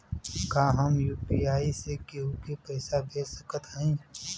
का हम यू.पी.आई से केहू के पैसा भेज सकत हई?